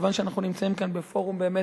כיוון שאנחנו נמצאים כאן בפורום באמת,